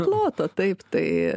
ploto taip tai